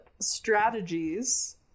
strategies